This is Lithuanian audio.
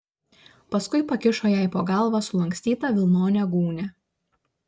paskui pakišo jai po galva sulankstytą vilnonę gūnią